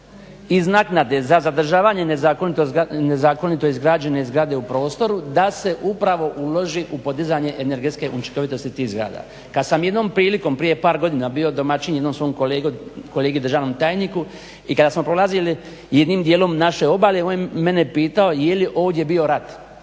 iz naknade za zadržavanje nezakonito izgrađene zgrade u prostoru da se upravo uloži u podizanje energetske učinkovitosti tih zgrada. Kad sam jednom prilikom prije par godina bio domaćin jednom svom kolegi državnom tajniku i kada smo prolazili jednim dijelom naše obale on je mene pitao je li ovdje bio rat,